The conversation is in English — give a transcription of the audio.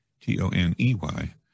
T-O-N-E-Y